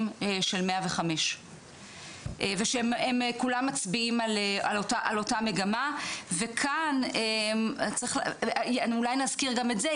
של 105 ושהם כולם מצביעים על אותה מגמה וכאן אולי נזכיר גם את זה,